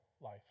life